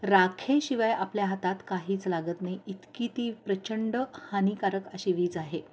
राखेशिवाय आपल्या हातात काहीच लागत नाही इतकी ती प्रचंड हानिकारक अशी वीज आहे